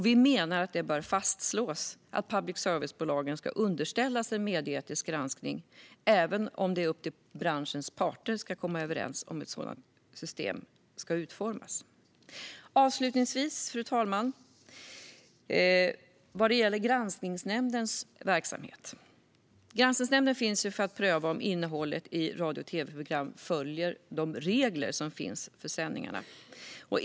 Vi menar att det bör fastslås att public service-bolagen ska underställas en medieetisk granskning även om det är upp till branschens parter att komma överens om hur ett sådant system ska utformas. Fru talman! Avslutningsvis när det gäller Granskningsnämndens verksamhet: Granskningsnämnden finns ju till för att pröva om innehållet i radio och tv-program följer de regler som finns för sändningarna.